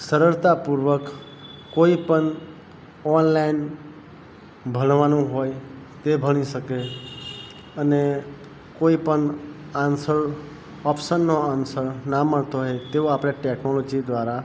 સરળતા પૂર્વક કોઈ પણ ઓનલાઇન ભણવાનું હોય તે ભણી શકે અને કોઈ પણ આન્સર ઓપ્શનનો આન્સર ન મળતો હોય તેવો આપણે ટેક્નોલોજી દ્વારા